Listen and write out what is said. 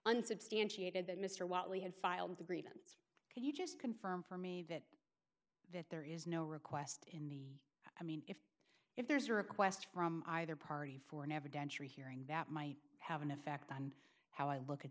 unsubstantiated that mr whitely had filed the grievance can you just confirm for me that that there is no request in the i mean if if there's a request from either party for never denture hearing that might have an effect on how i look at